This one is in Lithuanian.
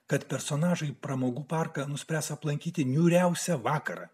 kad personažai pramogų parką nuspręs aplankyti niūriausią vakarą